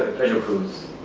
pleasure cruise.